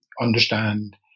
understand